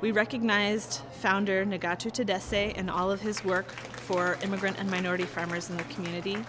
we recognized founder to got to say and all of his work for immigrant and minority farmers in the community